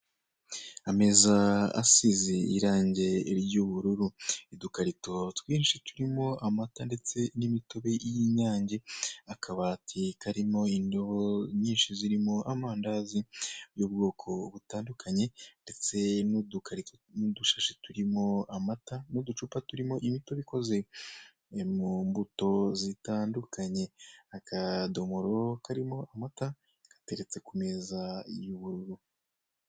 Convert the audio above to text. Ameza asize irange ry'ubururu. Udukarito twinshi turimo amata ndetse n'imitobe y'inyange, akabati karimo indobo nyinshi zirimo amandazi y'ubwoko butandukanye, ndetse n'udukarito n'udushashi turimo amata, n'uducupa turimo imitobe ikoze mu mbuto zitandukanye. Akadomoro karimo amata, gateretse ku meza y'ubururu.